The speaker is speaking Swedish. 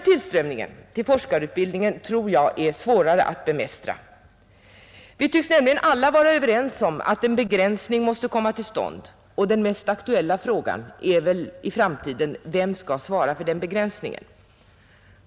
Tillströmningen till forskarutbildningen tror jag är svår att bemästra. Vi tycks alla vara överens om att en begränsning måste komma till stånd, och den mest aktuella frågan i framtiden är denna: Vem skall svara för den begränsningen?